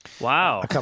Wow